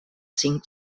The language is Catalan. cinc